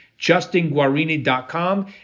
justinguarini.com